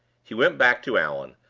he went back to allan,